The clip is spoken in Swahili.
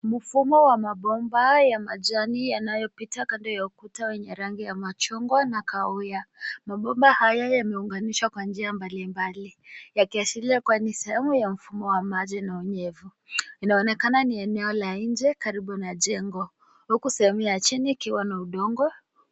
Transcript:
Mfumo wa mabomba ya majani yanayopita kando ya ukuta wenye rangi ya machungwa na kahawia. Mabomba haya yameunganishwa kwa njia mbalimbali yakiashiria kuwa ni sehemu ya mfumo wa maji na unyevu. Inaonekana ni eneo la nje karibu na jengo huku sehemu ya chini ikiwa na udongo.